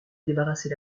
débarrasser